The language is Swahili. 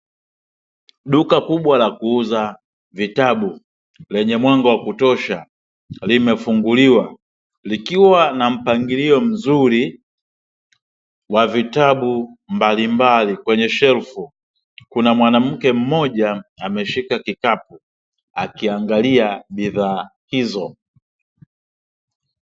Duka kubwa la kuuza vitabu, lenye mwanga wa kutosha limefunguliwa, likiwa na mpangilio mzuri wa vitabu mbalimbali kwenye shelfu. Kuna mwanamke mmoja ameshika kikapu, akiangalia bidhaa hizo.